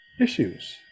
issues